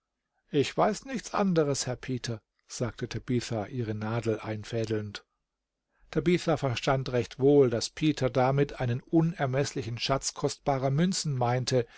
ich weiß nichts anders herr peter sagte tabitha ihre nadel einfädelnd tabitha verstand recht wohl daß peter damit einen unermeßlichen schatz kostbarer münzen meinte